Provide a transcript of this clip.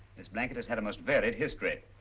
this blanket has had a most varied history.